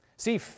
See